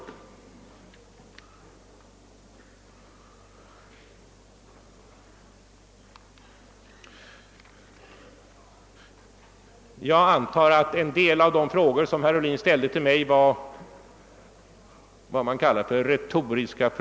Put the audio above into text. Jag antar att en del av de frågor herr Ohlin ställde till mig var vad man kallar retoriska.